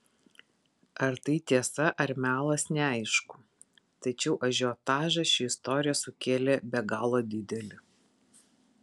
ar tai tiesa ar melas neaišku tačiau ažiotažą ši istorija sukėlė be galo didelį